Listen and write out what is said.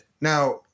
Now